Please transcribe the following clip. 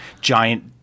giant